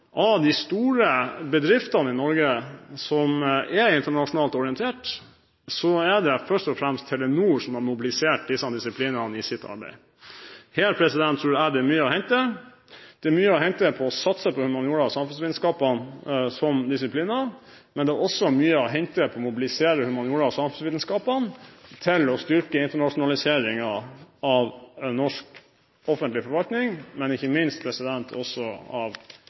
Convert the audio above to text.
Av de store bedriftene i Norge som er internasjonalt orientert, er det først og fremst Telenor som har mobilisert disse disiplinene i sitt arbeid. Her tror jeg det er mye å hente. Det er mye å hente ved å satse på humaniora og samfunnsvitenskapene som disipliner. Det er også mye å hente ved å mobilisere humaniora og samfunnsvitenskapene til å styrke internasjonaliseringen av norsk offentlig forvaltning og – ikke minst – av